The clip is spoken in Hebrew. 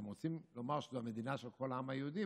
אתם רוצים לומר שזו המדינה של כל העם היהודי,